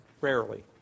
rarely